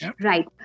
Right